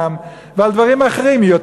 ועל דברים אחרים יותר?